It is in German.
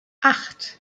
acht